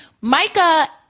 Micah